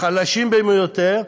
החלשים ביותר,